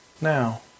Now